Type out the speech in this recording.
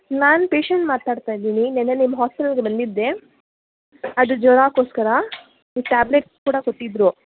ನಾನು ಪೇಶೆಂಟ್ ಮಾತಾಡ್ತಿದ್ದೀನಿ ನಿನ್ನೆ ನಿಮ್ಮ ಹಾಸ್ಪೆಟಲಿಗೆ ಬಂದಿದ್ದೆ ಅದು ಜ್ವರಾಕೋಸ್ಕರ ನೀವು ಟ್ಯಾಬ್ಲೆಟ್ಸ್ ಕೂಡ ಕೊಟ್ಟಿದ್ದರು